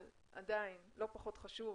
אבל, עדין, לא פחות חשוב,